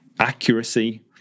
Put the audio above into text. Accuracy